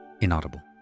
inaudible